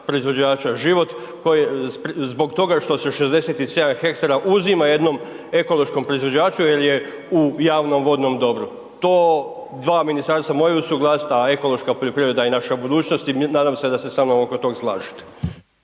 proizvođača Život zbog toga što se 67 ha uzima jednom ekološkom proizvođaču jer je u javnom-vodnom dobru. To dva ministarstva moraju usuglasiti a ekološka poljoprivreda je naša budućnost i nadam se da se sa mnom oko toga slažete.